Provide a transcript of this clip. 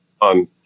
On